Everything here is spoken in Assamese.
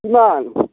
কিমান